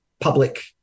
public